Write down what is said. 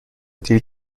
دیر